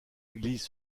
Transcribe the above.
église